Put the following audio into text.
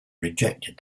rejected